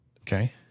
Okay